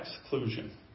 exclusion